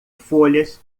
folhas